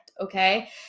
okay